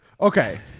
okay